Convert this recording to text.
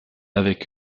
avec